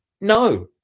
No